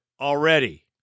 already